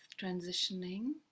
transitioning